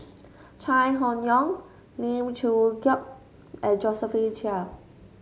Chai Hon Yoong Lim Chong Keat and Josephine Chia